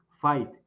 fight